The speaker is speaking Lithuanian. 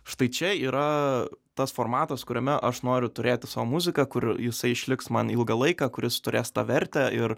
štai čia yra tas formatas kuriame aš noriu turėti savo muziką kur jisai išliks man ilgą laiką kuris turės tą vertę ir